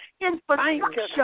infrastructure